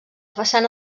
façana